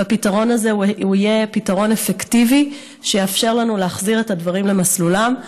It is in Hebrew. והפתרון הזה יהיה פתרון אפקטיבי שיאפשר לנו להחזיר את הדברים למסלולם.